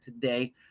today